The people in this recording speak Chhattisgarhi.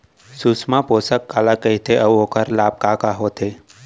सुषमा पोसक काला कइथे अऊ ओखर लाभ का का होथे?